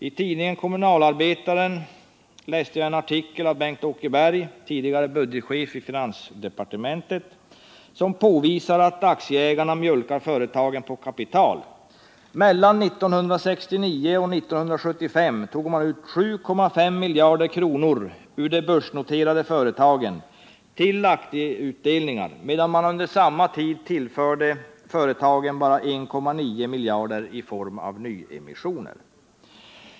I tidningen Kommunalarbetaren läste jag en artikel av Bengt-Åke Berg, tidigare budgetchef i finansdepartementet, som påvisade att aktieägarna mjölkar företagen på kapital. Mellan åren 1969 och 1975 tog man ut 7,5 miljarder kronor ur de börsnoterade företagen till aktieutdelningar, medan man under samma tid tillförde företagen bara 1,9 miljarder i form av nyemissioner.